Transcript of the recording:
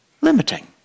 limiting